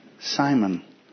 Simon